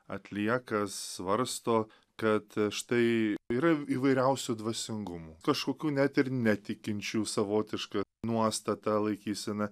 atlieka svarsto kad štai yra įvairiausių dvasingumų kažkokių net ir netikinčių savotišką nuostatą laikysena